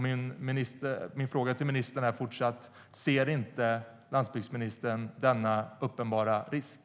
Min fråga till ministern är fortsatt: Ser inte landsbygdsministern denna uppenbara risk?